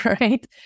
right